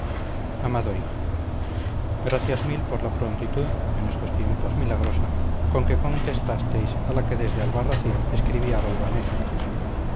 amado hijo gracias mil por la prontitud en estos tiempos milagrosa con que contestasteis a la que desde albarracín escribí a valvanera